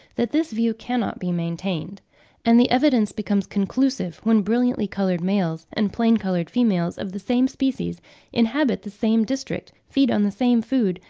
that this view cannot be maintained and the evidence becomes conclusive when brilliantly-coloured males and plain-coloured females of the same species inhabit the same district, feed on the same food,